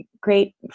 great